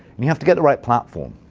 and you have to get the right platform.